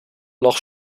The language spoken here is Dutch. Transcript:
lag